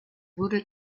wurde